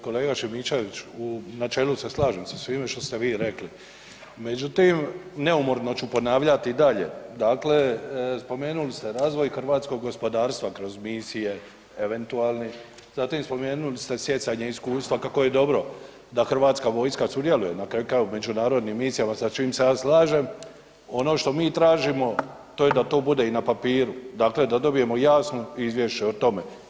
Kolega Šimičević, u načelu se slažem sa svime što ste vi rekli, međutim neumorno ću ponavljati i dalje, dakle spomenuli ste razvoj hrvatskog gospodarstva kroz misije eventualne, zatim spomenuli ste stjecanje iskustva kako je dobro da hrvatska vojska sudjeluje na kraju krajeva u međunarodnim misijama sa čim se ja slažem, ono što mi tražimo to je da to bude i na papiru, dakle da dobijemo jasno izvješće o tome.